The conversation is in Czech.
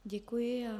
Děkuji.